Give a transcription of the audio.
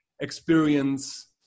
experience